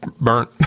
burnt